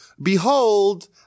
behold